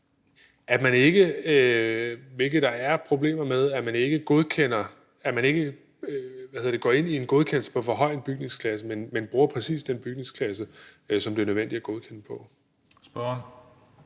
at man ikke, hvilket der er problemer med, går ind i en godkendelse af det på en for høj bygningsklasse, men bruger præcis den bygningsklasse, som det er nødvendigt at godkende efter.